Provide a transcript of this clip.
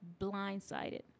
blindsided